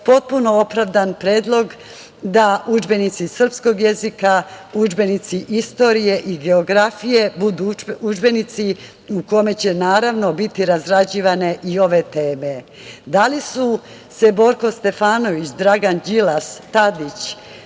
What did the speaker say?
potpuno opravdan predlog da udžbenici srpskog jezika, udžbenici istoriji i geografije budu udžbenici u kome će naravno biti razrađivane i ove teme. Da li su se Borko Stefanović, Dragan Đilas, Tadić